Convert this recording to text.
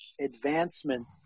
advancement